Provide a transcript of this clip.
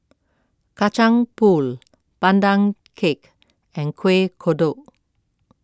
Kacang Pool Pandan Cake and Kueh Kodok